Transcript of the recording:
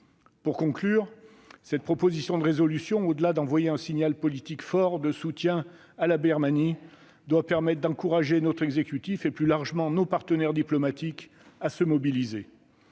Pour conclure, cette proposition de résolution, au-delà de l'envoi d'un signal politique fort de soutien à la Birmanie, doit permettre d'encourager notre exécutif et, plus largement, nos partenaires diplomatiques à se mobiliser.